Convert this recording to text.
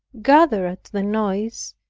gathered at the noise,